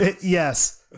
yes